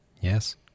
Yes